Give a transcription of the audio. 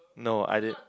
no I did